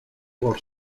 por